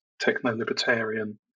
techno-libertarian